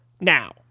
now